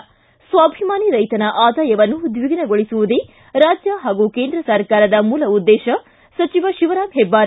ಿ ಸ್ವಾಭಿಮಾನಿ ರೈತನ ಆದಾಯವನ್ನು ದ್ವಿಗುಣಗೊಳಿಸುವುದೇ ರಾಜ್ಯ ಹಾಗೂ ಕೇಂದ್ರ ಸರಕಾರದ ಮೂಲ ಉದ್ದೇಶ ಸಚಿವ ಶಿವರಾಮ್ ಹೆಬ್ಬಾರ್